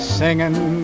singing